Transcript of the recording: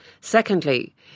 Secondly